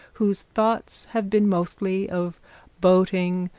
whose thoughts have been mostly of boating,